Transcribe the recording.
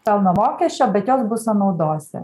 pelno mokesčio bet jos bus sąnaudose